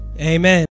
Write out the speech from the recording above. amen